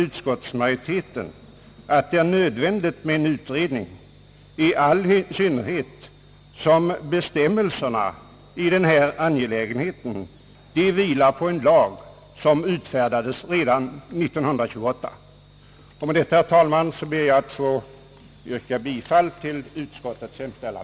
Utskottsmajoriteten anser nu att det är nödvändigt med en utredning, i all synnerhet som bestämmelserna i denna angelägenhet vilar på en lag, som utfärdades redan 1928. Med detta, herr talman, ber jag att få yrka bifall till utskottets hemställan.